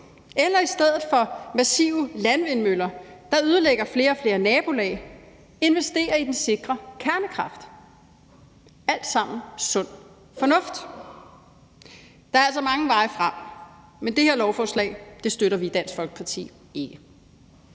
eller i stedet for massive landvindmøller, der ødelægger flere og flere nabolag, investere i den sikre kernekraft, og det er alt sammen sund fornuft. Der er altså mange veje frem, men det her lovforslag støtter vi i Dansk Folkeparti ikke.